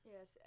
Yes